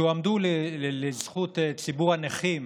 הועמדו לזכות ציבור הנכים,